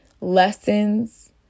lessons